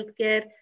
healthcare